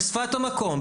בשפת המקום,